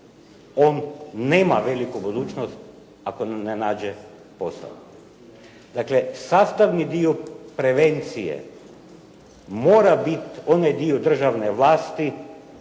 on nema veliku budućnost ako ne nađe posao. Dakle, sastavni dio prevencije mora biti onaj dio državne vlasti